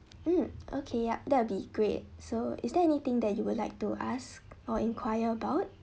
mm okay yup that will be great so is there anything that you would like to ask or inquire about